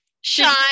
shine